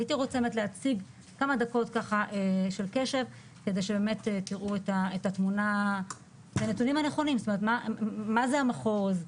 הייתי רוצה כמה דקות של קשב כדי שתראו את הנתונים הנכונים: מה זה המחוז,